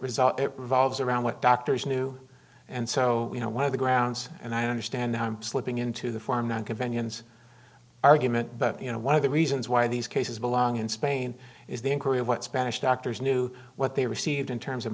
result revolves around what doctors knew and so you know one of the grounds and i understand i'm slipping into the form not conventions argument but you know one of the reasons why these cases belong in spain is the inquiry of what spanish doctors knew what they received in terms of